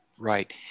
Right